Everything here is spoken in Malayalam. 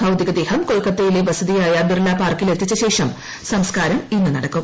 ഭൌതികദേഹം കൊൽക്കത്തയിലെ വസതിയായ ബിർള പാർക്കിൽ എത്തിച്ചശേഷം സംസ്ക്കാരം ഇന്ന് നടക്കും